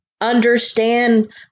understand